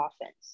offense